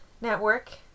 network